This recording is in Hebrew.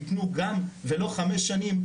יתנו גם ולא חמש שנים,